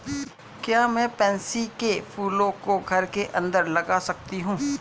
क्या मैं पैंसी कै फूलों को घर के अंदर लगा सकती हूं?